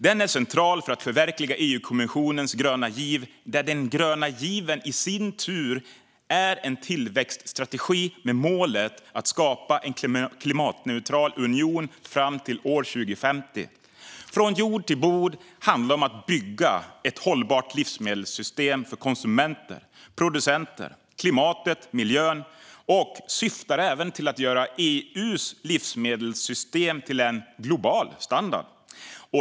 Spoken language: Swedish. Den är central för att förverkliga EU-kommissionens gröna giv, som i sin tur är en tillväxtstrategi med målet att skapa en klimatneutral union till 2050. Från jord till bord handlar om att bygga ett hållbart livsmedelssystem för konsumenter, producenter, klimatet och miljön och syftar även till att göra EU:s livsmedelssystem till en global standard.